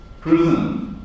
prison